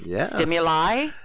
stimuli